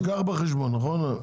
זה נלקח בחשבון, נכון?